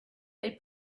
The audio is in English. they